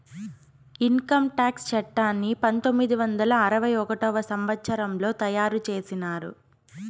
income tax చట్టాన్ని పంతొమ్మిది వందల అరవై ఒకటవ సంవచ్చరంలో తయారు చేసినారు